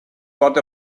got